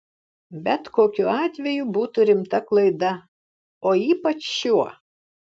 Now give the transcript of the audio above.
bet kokiu atveju būtų rimta klaida o ypač šiuo